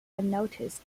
unnoticed